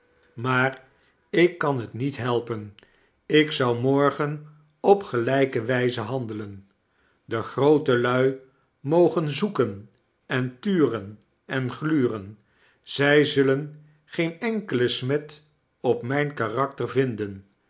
maar ik kan liet niet lielpen ik zou morgen op gelijke wijze handelen de groote lui mogen zoeken en turen en gluren zij zullen geen enkelen smet op mijn karakter vinden